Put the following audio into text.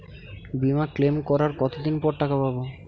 বিমা ক্লেম করার কতদিন পর টাকা পাব?